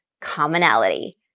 commonality